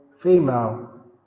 female